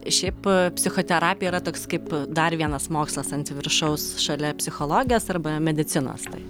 šiaip psichoterapija yra toks kaip dar vienas mokslas ant viršaus šalia psichologijos arba medicinos tai